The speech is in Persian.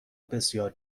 بسیار